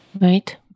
Right